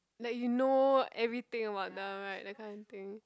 like you know everything about them like that kind of thing